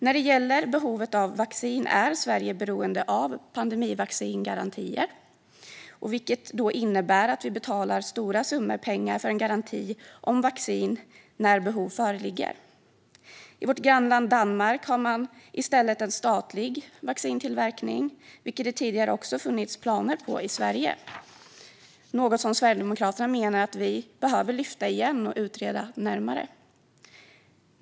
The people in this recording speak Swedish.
När det gäller behovet av vaccin är Sverige beroende av pandemivaccingarantier, vilket innebär att vi betalar stora summor pengar för en garanti om vaccin när behov föreligger. I vårt grannland Danmark har man i stället en statlig vaccintillverkning, vilket det tidigare också funnits planer på i Sverige. Det är något som Sverigedemokraterna menar att vi behöver lyfta på nytt och utreda närmare.